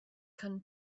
can